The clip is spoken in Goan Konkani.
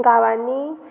गांवांनी